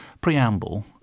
preamble